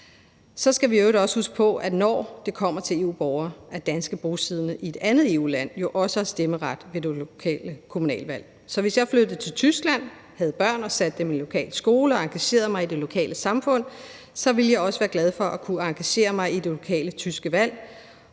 Så skal vi i øvrigt også huske på, når det kommer til EU-borgere, at danske bosiddende i et andet EU-land jo også har stemmeret til det lokale kommunalvalg. Så hvis jeg flyttede til Tyskland, havde børn og satte dem i en lokal skole og engagerede mig i det lokale samfund, så ville jeg også være glad for at kunne engagere mig i det lokale tyske valg,